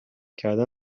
کردن